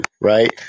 right